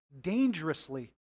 dangerously